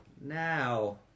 Now